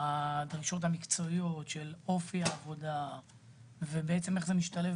הדרישות המקצועיות של אופי העבודה ובעצם איך זה משתלב